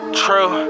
true